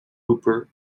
hooper